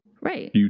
Right